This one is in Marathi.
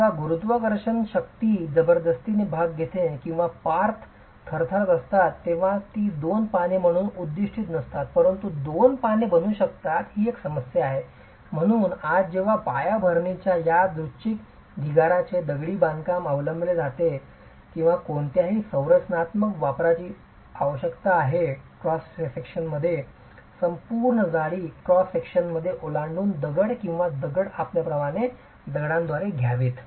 जेव्हा गुरुत्वाकर्षण शक्ती जबरदस्तीने भाग घेते किंवा पार्श्व थरथरत असतात तेव्हा ती दोन पाने म्हणून उद्दीष्टित नसतात परंतु दोन पाने बनू शकतात ही एक समस्या आहे म्हणूनच आज जेव्हा पायाभरणीसाठी यादृच्छिक ढिगाराचे दगडी बांधकाम अवलंबले जात आहे किंवा कोणत्याही संरचनात्मक वापराची आवश्यकता आहे क्रॉस विभागात संपूर्ण जाडी ओलांडून क्रॉस विभागात ओलांडून दगड किंवा दगड आपल्याद्वारे दगडांद्वारे घ्यावेत